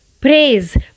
Praise